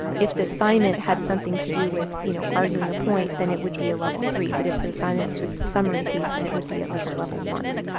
if the assignment had something to do with you know arguing a point, then it would be a level three. but if the assignment was just a summary piece, then it would be at like a level one.